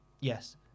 yes